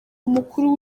umukuru